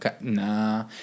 Nah